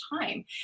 time